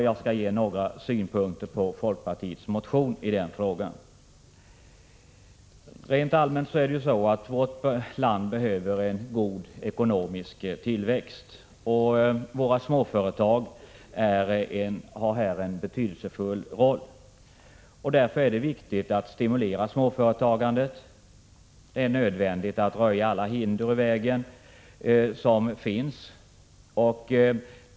Jag skall ge några synpunkter på folkpartiets motion i den frågan. Rent allmänt behöver vårt land en god ekonomisk tillväxt, och våra småföretag spelar här en betydelsefull roll. Därför är det viktigt att stimulera småföretagandet. Det är nödvändigt att röja alla hinder ur vägen.